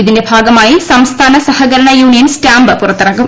ഇതിന്റെ ഭാഗമായി സംസ്ഥാന സഹകരണ യൂണിയൻ സ്റ്റാമ്പ് പുറത്തിറക്കും